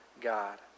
God